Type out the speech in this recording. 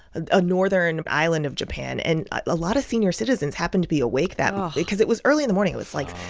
a northern island of japan. and a lot of senior citizens happened to be awake that because it was early in the morning. it was, like,